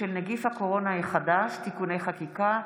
בשל נגיף הקורונה החדש (תיקוני חקיקה),